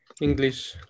English